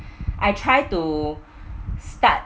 I tried to start